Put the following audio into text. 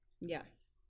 Yes